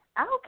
Okay